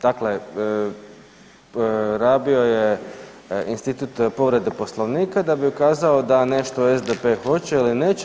Dakle, rabio je institut povrede Poslovnika da bi ukazao da nešto SDP hoće ili neće.